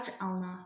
Alna